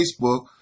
Facebook